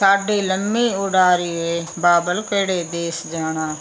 ਸਾਡੀ ਲੰਮੀ ਉਡਾਰੀ ਵੇ ਬਾਬਲ ਕਿਹੜੇ ਦੇਸ਼ ਜਾਣਾ